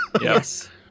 Yes